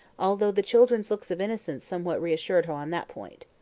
although the children's looks of innocence somewhat reassured her on that point.